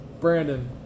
Brandon